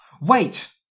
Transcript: Wait